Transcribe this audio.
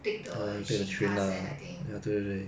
take the shinkansen I think